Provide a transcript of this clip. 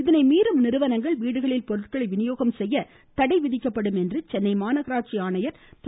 இதனை மீறும் நிறுவனங்கள் வீடுகளில் பொருட்களை விநியோகம் செய்ய தடை விதிக்கப்படும் என்று சென்னை மாநகராட்சி ஆணையர் திரு